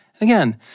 Again